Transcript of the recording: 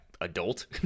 adult